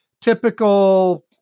typical